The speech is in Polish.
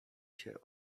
się